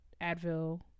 Advil